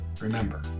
Remember